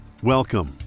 Welcome